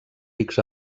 rics